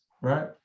right